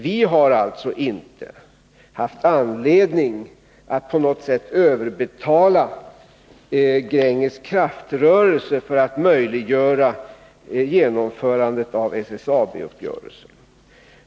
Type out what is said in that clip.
Vi har alltså inte haft anledning att på något sätt överbetala Gränges kraftrörelse för att möjliggöra genomförandet av SSAB-uppgörelsen.